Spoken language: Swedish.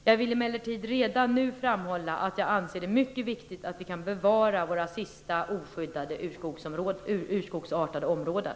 Jag vill emellertid redan nu framhålla att jag anser det mycket viktigt att vi kan bevara våra sista oskyddade urskogsartade områden.